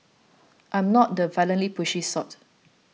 I'm not the violently pushy sort